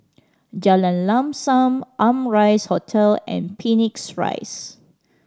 Jalan Lam Sam Amrise Hotel and Phoenix Rise